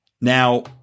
Now